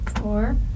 Four